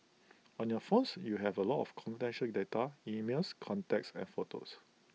on your phones you have A lot of confidential data emails contacts and photos